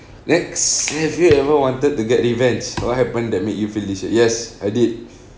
next have you ever wanted to get revenge what happen that made you feel this way yes I did